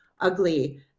ugly